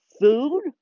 food